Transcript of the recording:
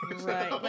Right